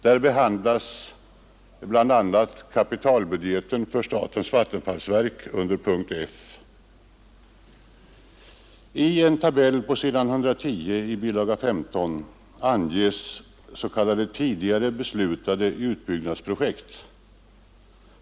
Där behandlas bl.a. kapitalbudgeten för statens vattenfallsverk under punkten F. I en tabell på s. 110 i bilaga 15 anges s.k. tidigare beslutade utbyggnadsobjekt.